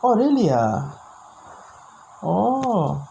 oh really ah oh